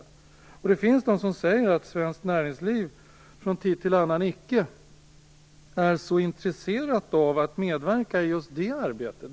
Det finns de som säger att man från svenskt näringsliv från tid till annan icke är så intresserad av att medverka i just det arbetet.